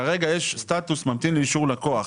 כרגע יש סטטוס 'ממתין לאישור לקוח',